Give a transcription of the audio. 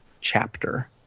chapter